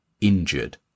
injured